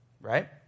right